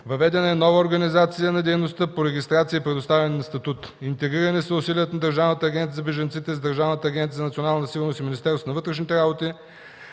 Въведена е нова организация на дейността по регистрация и предоставяне на статут, интегрирани са усилията на Държавната агенция за бежанците с Държавната агенция за национална сигурност и Министерството на вътрешните работи,